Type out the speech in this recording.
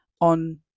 on